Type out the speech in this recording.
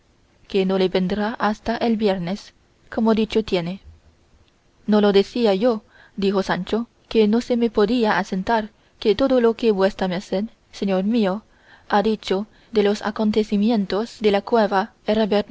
que no le vendrá hasta el viernes como dicho tiene no lo decía yo dijo sancho que no se me podía asentar que todo lo que vuesa merced señor mío ha dicho de los acontecimientos de la cueva